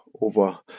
over